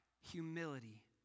humility